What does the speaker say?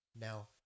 Now